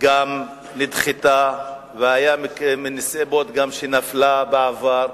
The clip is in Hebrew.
גם נדחתה, והיו גם נסיבות שנפלה בעבר,